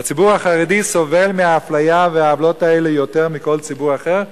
והציבור החרדי סובל מהאפליה ומהעוולות האלה יותר מכל ציבור אחר,